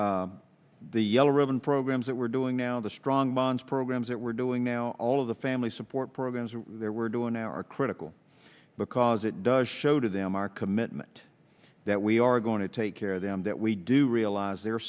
families the yellow ribbon programs that we're doing now the strong bonds programs that we're doing now all of the family support programs are there we're doing our critical because it does show to them our commitment that we are going to take care of them that we do realize they're